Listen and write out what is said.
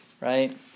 right